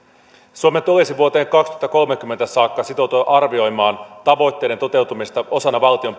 suomen tulisi vuoteen kaksituhattakolmekymmentä saakka sitoutua arvioimaan tavoitteiden toteutumista osana valtion